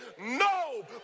no